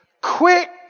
Quick